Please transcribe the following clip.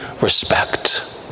respect